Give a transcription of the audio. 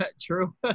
true